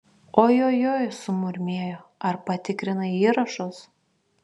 ojojoi sumurmėjo ar patikrinai įrašus